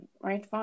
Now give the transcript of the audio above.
Right